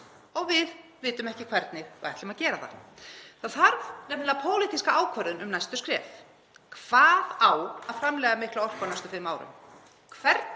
og við vitum ekki hvernig við ætlum að gera það. Það þarf nefnilega pólitíska ákvörðun um næstu skref. Hvað á að framleiða mikla orku á næstu fimm árum? Hvernig